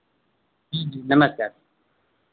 जी जी नमस्कार